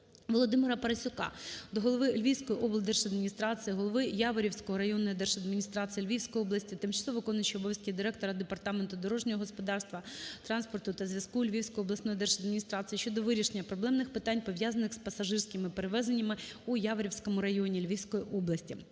Володимира Парасюка до голови Львівської облдержадміністрації, голови Яворівської районної держадміністрації Львівської області, тимчасово виконуючого обов'язки директора департаменту дорожнього господарства, транспорту та зв'язку Львівської обласної державної адміністрації щодо вирішення проблемних питань, пов'язаних з пасажирським перевезенням у Яворівському районі Львівської області.